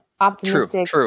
optimistic